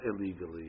illegally